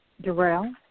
Darrell